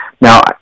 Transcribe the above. Now